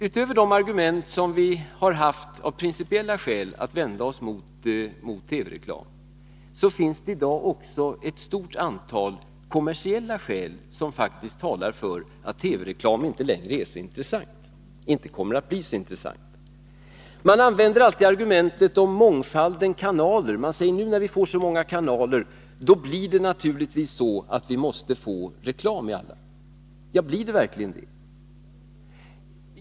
Utöver de argument som vi av principiella skäl har haft att anföra mot TV-reklam finns det i dag också ett stort antal andra skäl på det kommersiella planet, vilka faktiskt talar för att TV-reklam inte längre kommer att bli så intressant. Man använder sig alltid av ett särskilt argument, nämligen mångfalden kanaler. Man säger: Nu när vi får så många kanaler, blir det naturligtvis så att vi måste få reklam i alla kanaler. Men blir det verkligen så?